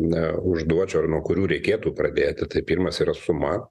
ne užduočiau ar nuo kurių reikėtų pradėti tai pirmas yra suma